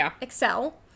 Excel